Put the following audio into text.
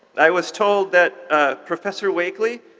i was told that ah professor wakely,